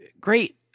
Great